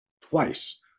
twice